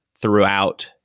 throughout